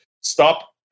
stop